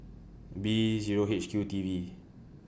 B Zero H Q T V